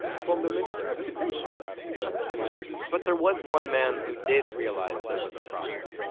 from the ministry of education! it's unbelievable but there was one man who did realize there was a problem.